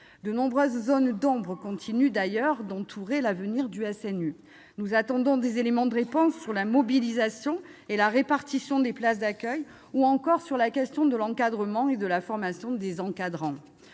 De nombreuses zones d'ombre continuent d'ailleurs d'entourer l'avenir de ce dispositif. Nous attendons des éléments de réponse concernant la mobilisation et la répartition des places d'accueil, ou encore sur la question de l'encadrement et de la formation des encadrants.